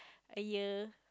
a year